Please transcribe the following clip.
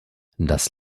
das